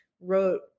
wrote